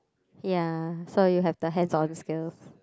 ya so you have the hands on skills